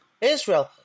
Israel